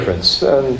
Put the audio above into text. difference